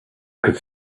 could